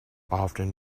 often